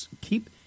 keep